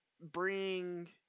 bring